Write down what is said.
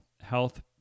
health